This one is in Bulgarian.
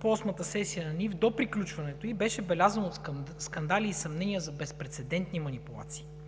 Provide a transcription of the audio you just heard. по Осмата сесия на НИФ до приключването ѝ беше белязан от скандали и съмнения за безпрецедентни манипулации.